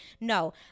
No